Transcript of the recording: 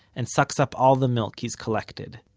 and sucks up all the milk he's collected.